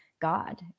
God